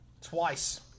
Twice